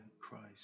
Christ